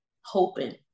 hoping